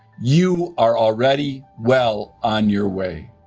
you are already well on your way.